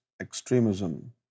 extremism